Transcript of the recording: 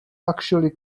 actually